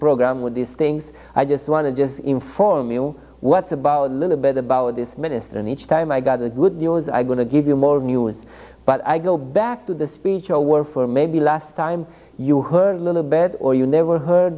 program with these things i just want to just inform you what's about a little bit about this minister and each time i got the good news i'm going to give you more news but i go back to the speech are were for maybe last time you heard a little better or you never heard